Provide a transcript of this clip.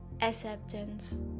Acceptance